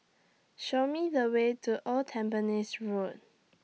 Show Me The Way to Old Tampines Road